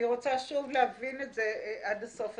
אני רוצה שוב להבין את זה עד הסוף.